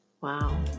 Wow